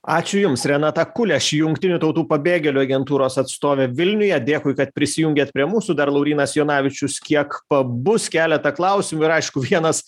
ačiū jums renata kuleš jungtinių tautų pabėgėlių agentūros atstovė vilniuje dėkui kad prisijungėt prie mūsų dar laurynas jonavičius kiek pabus keleta klausimų ir aišku vienas